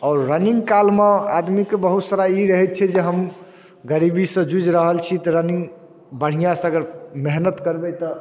आओर रनिङ्ग कालमे आदमीके बहुत सारा ई रहै छै जे हम गरीबीसँ जुझि रहल छी तऽ रनिङ्ग बढ़िआँसँ अगर मेहनति करबै तऽ